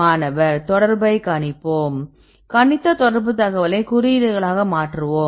மாணவர் தொடர்பை கணிப்போம் கணித்த தொடர்பு தகவலை குறியீடுகளாக மாற்றுவோம்